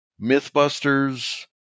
MythBusters